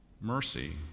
mercy